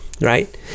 right